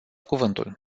cuvântul